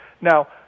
Now